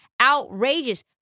outrageous